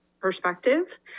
perspective